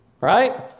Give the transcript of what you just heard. Right